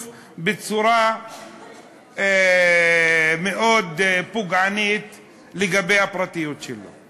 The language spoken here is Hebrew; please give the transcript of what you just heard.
בצורה מאוד פוגענית לגבי הפרטיות שלו.